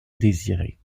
désirée